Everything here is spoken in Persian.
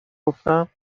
گفتم